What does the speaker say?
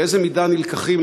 באיזו מידה מובאים בחשבון,